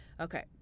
Okay